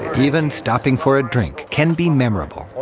even stopping for a drink can be memorable.